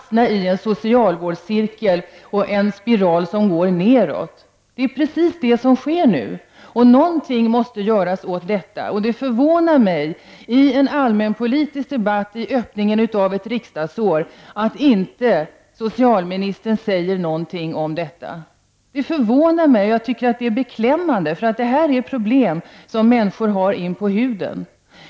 Vi har fått en socialvårdsspiral som ständigt går nedåt. I denna utarmning ingår också att personalen inte kan få utveckla sin kompetens och sina ambitioner. Någonting måste göras åt detta. Det förvånar mig att socialministern i en allmänpolitisk debatt i början av ett riksdagsår inte har någonting att säga om detta. Det förvånar mig, och jag tycker att det är beklämmande. Detta är problem som människor har inpå huden.